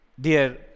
Dear